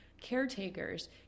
caretakers